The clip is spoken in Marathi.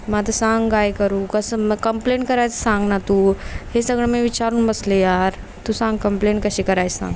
मग आता सांग काय करू कसं मग कंप्लेंट करायचं सांग ना तू हे सगळं मी विचारून बसले यार तू सांग कंप्लेंट कशी करायचं सांग